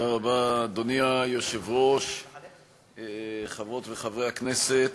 אדוני היושב-ראש, תודה רבה, חברות וחברי הכנסת,